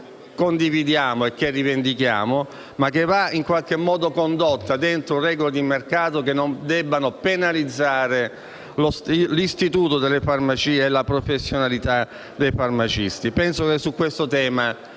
che condividiamo e che rivendichiamo, ma che va in qualche modo condotta dentro regole di mercato che non devono penalizzare l'istituto delle farmacie e la professionalità dei farmacisti. Penso che su questo tema